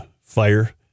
fire